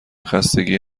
خستگی